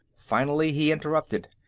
finally, he interrupted.